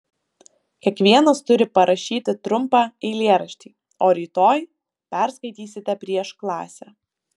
kiekvienas turi parašyti trumpą eilėraštį o rytoj perskaitysite prieš klasę